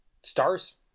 Stars